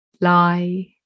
lie